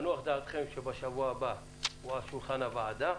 תנוח דעתכם שבשבוע הבא, הוא על שולחן הוועדה,